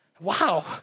wow